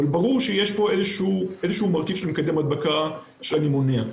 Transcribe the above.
אבל ברור שיש פה איזשהו מרכיב של מקדם הדבקה שאני מונע.